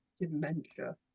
dementia